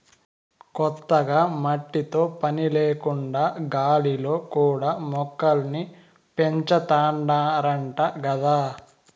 కొత్తగా మట్టితో పని లేకుండా గాలిలో కూడా మొక్కల్ని పెంచాతన్నారంట గదా